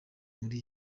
muri